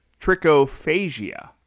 trichophagia